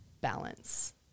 balance